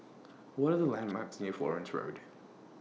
What Are The landmarks near Florence Road